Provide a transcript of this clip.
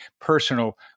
personal